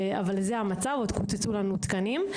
המצב הוא שעוד קוצצו לנו תקנים.